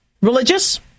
religious